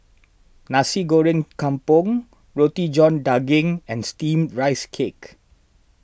Nasi Goreng Kampung Roti John Daging and Steamed Rice Cake